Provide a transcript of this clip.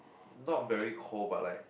not very cold but like